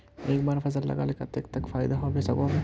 एक बार फसल लगाले कतेक तक फायदा होबे सकोहो होबे?